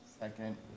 Second